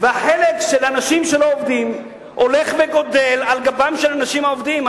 והחלק של אנשים שלא עובדים הולך וגדל על גבם של האנשים העובדים.